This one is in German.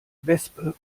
wespe